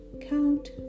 count